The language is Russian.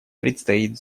предстоит